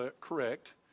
correct